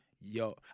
yo